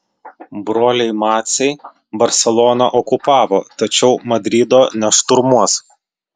broliai maciai barseloną okupavo tačiau madrido nešturmuos